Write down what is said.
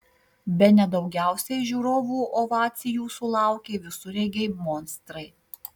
bene daugiausiai žiūrovų ovacijų sulaukė visureigiai monstrai